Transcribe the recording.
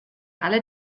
alle